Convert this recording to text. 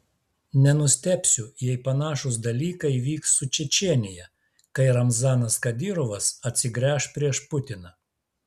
nenustebsiu jei panašūs dalykai vyks su čečėnija kai ramzanas kadyrovas atsigręš prieš putiną